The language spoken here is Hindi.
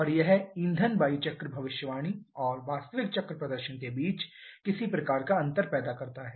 और यह ईंधन वायु चक्र भविष्यवाणी और वास्तविक चक्र प्रदर्शन के बीच किसी प्रकार का अंतर पैदा करता है